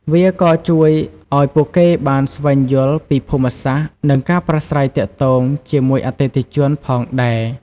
វាក៏ជួយឱ្យពួកគេបានស្វែងយល់ពីភូមិសាស្ត្រ និងការប្រាស្រ័យទាក់ទងជាមួយអតិថិជនផងដែរ។